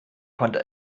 konnte